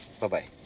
Bye-bye